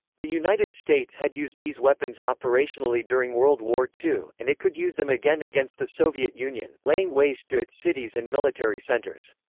the united states had used these weapons operationally during world war ii, and it could use them again against the soviet union, laying waste to its cities and military centers.